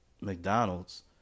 mcdonald's